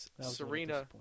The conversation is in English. Serena